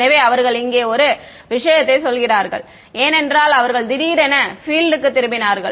எனவே அவர்கள் இங்கே ஒரு விஷயத்தைச் சொல்கிறார்கள் ஏனென்றால் அவர்கள் திடீரென பீல்ட் க்கு திரும்பினார்கள்